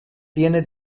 tiene